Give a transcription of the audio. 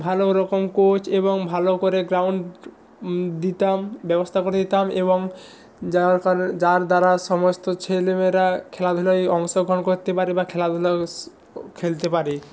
ভালোরকম কোচ এবং ভালো করে গ্রাউণ্ড দিতাম ব্যবস্থা করে দিতাম এবং যার যার দ্বারা সমস্ত ছেলেমেয়েরা খেলাধূলায় অংশগ্রহণ করতে পারে বা খেলাধূলা খেলতে পারে